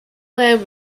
lamb